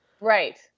Right